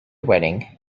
wedding